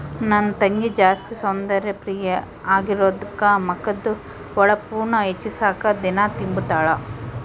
ನನ್ ತಂಗಿ ಜಾಸ್ತಿ ಸೌಂದರ್ಯ ಪ್ರಿಯೆ ಆಗಿರೋದ್ಕ ಮಕದ್ದು ಹೊಳಪುನ್ನ ಹೆಚ್ಚಿಸಾಕ ದಿನಾ ತಿಂಬುತಾಳ